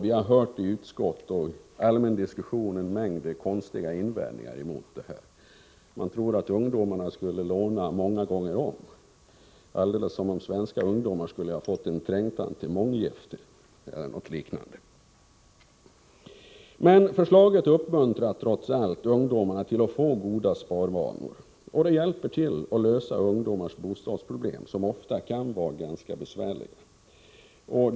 Vi har i utskottet och i den allmänna diskussionen hört en mängd konstiga invändningar mot förslaget. Man tror att ungdomarna skulle låna många gånger om — som om svenska ungdomar skulle ha fått en trängtan till månggifte eller något liknande. Förslaget uppmuntrar trots allt ungdomar till att få goda sparvanor, och det hjälper till att lösa ungdomars bostadsproblem, som ofta kan vara besvärliga.